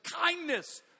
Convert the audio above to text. kindness